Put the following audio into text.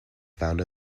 found